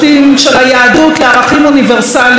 של היהדות לערכים אוניברסליים,